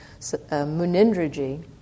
Munindraji